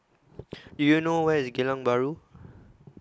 Do YOU know Where IS Geylang Bahru